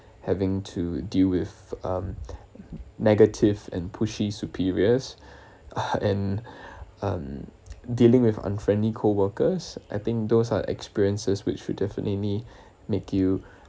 having to deal with um negative and pushy superiors and um dealing with unfriendly coworkers I think those are experiences which will definitely make you